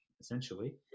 essentially